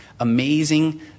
amazing